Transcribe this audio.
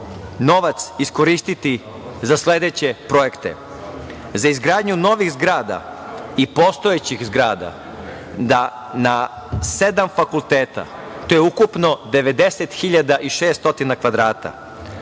novac iskoristiti za sledeće projekte, a za izgradnju novih zgrada i postojećih zgrada na sedam fakulteta, i to je ukupno 10.600 kvadrata: